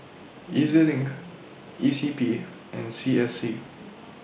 E Z LINK E C P and C S C